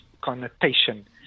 connotation